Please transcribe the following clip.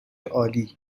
عالی